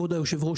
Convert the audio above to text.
כבוד היושב-ראש,